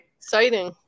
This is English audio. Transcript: exciting